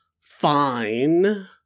fine